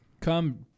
Come